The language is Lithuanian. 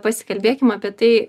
pasikalbėkim apie tai